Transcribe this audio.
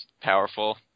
powerful